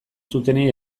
zutenei